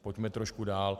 Pojďme trošku dál.